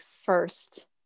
first